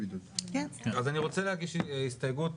אני רוצה להגיש הסתייגות,